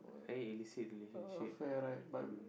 eh illicit relationship